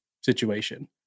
situation